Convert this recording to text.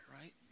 right